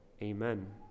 Amen